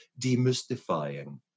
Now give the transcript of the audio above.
demystifying